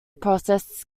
process